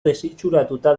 desitxuratuta